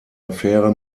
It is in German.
affäre